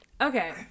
Okay